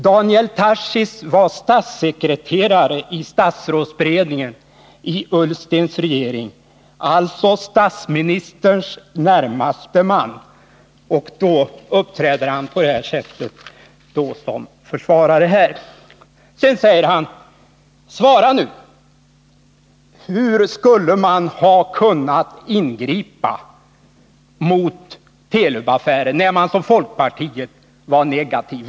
Daniel Tarschys var statssekreterare i statsrådsberedningen i Ola Ullstens regering — alltså statsministerns närmaste man — och därför uppträder han på det här sättet som dess försvarare. Sedan säger han: Svara nu! Hur skulle man ha kunnat ingripa i Telub-affären när man från folkpartiet var negativ?